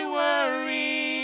worry